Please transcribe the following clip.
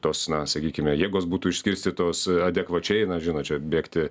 tos na sakykime jėgos būtų išskirstytos adekvačiai na žinot čia bėgti